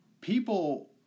people